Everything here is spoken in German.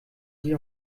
sich